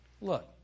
Look